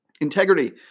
Integrity